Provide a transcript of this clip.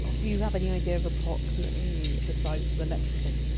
do you have any idea of approximately the size of the lexicon?